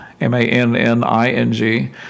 M-A-N-N-I-N-G